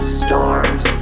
stars